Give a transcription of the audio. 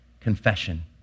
confession